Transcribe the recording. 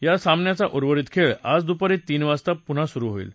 या सामन्याचा उर्वरित खेळ आज दुपारी तीन वाजता सुरु होईल